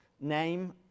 Name